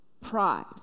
Pride